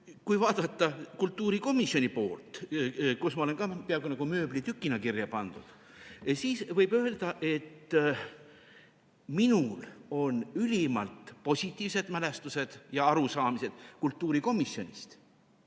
Kui vaadata kultuurikomisjoni vaatenurgast, kus ma olen peaaegu nagu mööblitükina ka kirja pandud, siis võib öelda, et minul on ülimalt positiivsed mälestused ja arusaamad kultuurikomisjonist,